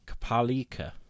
Kapalika